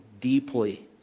deeply